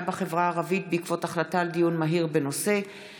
בחברה הערבית בעקבות דיון מהיר בהצעתה